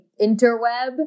interweb